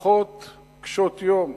משפחות קשות-יום,